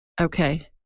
Okay